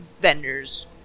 vendors